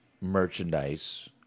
merchandise